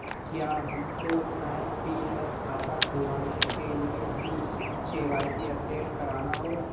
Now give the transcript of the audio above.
क्या हमको एन.पी.एस खाता खुलवाने के लिए भी के.वाई.सी अपडेट कराना होगा?